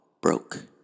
broke